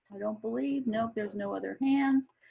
i don't believe. nope, there's no other hands.